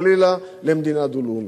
חלילה, של מדינה דו-לאומית.